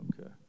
Okay